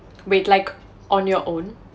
wait like on your own